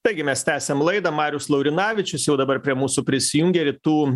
taigi mes tęsiam laidą marius laurinavičius jau dabar prie mūsų prisijungė rytų